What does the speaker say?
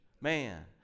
Man